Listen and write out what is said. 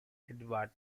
edward